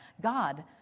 God